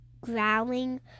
growling